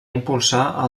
impulsar